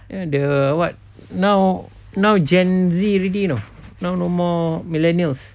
ya the what now now gen Z already know now no more millennials